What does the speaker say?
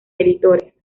editores